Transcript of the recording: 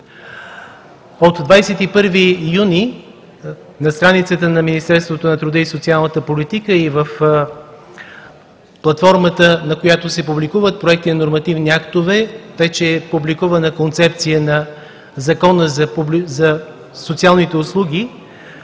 От 21 юни на страницата на Министерството на труда и социалната политика и в платформата, на която се публикуват проекти на нормативни актове, вече е публикувана концепция на Закона за социалните услуги.